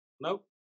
Nope